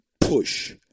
push